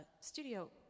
Studio